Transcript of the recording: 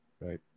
Right